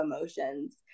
emotions